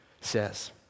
says